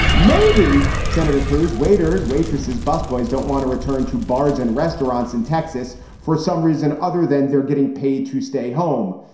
maybe senator cruz, waiters, waitresses, busboys don't want to return to bars and restaurants in texas for some reason other than they're getting paid to stay home.